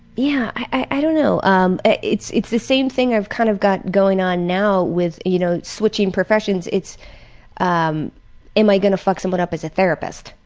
yeah, i don't know. um it's it's the same thing i've kind of got going on now with, you know, switching professions, it's um am i gonna fuck someone up as a therapist,